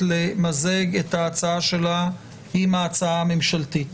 למזג את ההצעה שלה עם ההצעה הממשלתית.